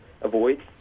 avoid